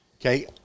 Okay